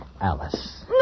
Alice